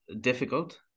difficult